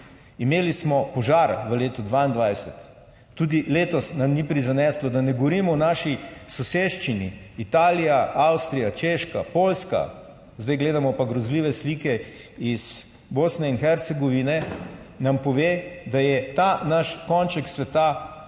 imeli smo požar v letu 2022, tudi letos nam ni prizaneslo, da ne govorimo o naši soseščini, Italija, Avstrija, Češka, Poljska, zdaj gledamo pa grozljive slike iz Bosne in Hercegovine nam pove, da je ta naš konček sveta zaradi